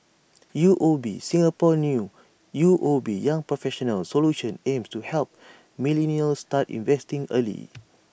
U O B Singaporean new U O B young professionals solution aims to help millennials start investing early